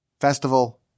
festival